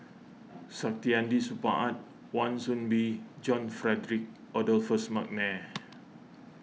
Saktiandi Supaat Wan Soon Bee John Frederick Adolphus McNair